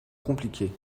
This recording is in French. compliquer